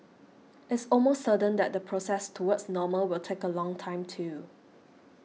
it's almost certain that the process towards normal will take a long time too